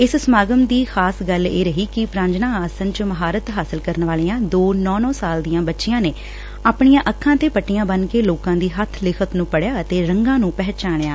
ਇਸ ਸਮਾਗਮ ਦੀ ਖਾਸ ਗੱਲ ਇਹ ਰਹੀ ਕਿ ਪ੍ਰਾਜਨਾ ਆਸਣ ਚ ਮਹਾਰਤ ਹਾਸਲ ਕਰਨ ਵਾਲੀਆ ਦੋ ਨੌ ਨੌ ਸਾਲ ਦੀਆ ਬੱਚੀਆ ਨੇ ਆਪਣੀਆ ਅੱਖਾ ਤੇ ਪੱਟੀਆਂ ਬੰਨੂ ਕੇ ਲੋਕਾਂ ਦੀ ਹੱਬ ਲਿਖਤ ਨੂੰ ਪੜਿਆ ਤੇ ਰੰਗਾਂ ਨੂੰ ਪਛਾਣਿਆ